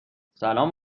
سلام